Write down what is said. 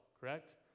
correct